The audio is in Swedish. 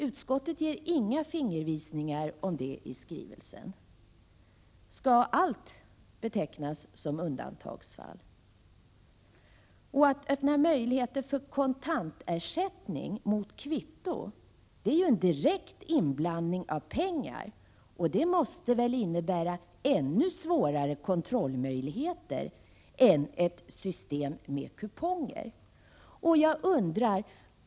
Utskottet ger inga fingervisningar om det i sin skrivning. Skall allt betecknas som undantagsfall? Och att öppna möjligheter för kontant ersättning mot kvitto är ju en direkt inblandning av pengar, och det måste väl innebära ännu svårare kontrollproblem än ett system med kuponger.